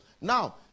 now